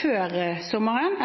før sommeren.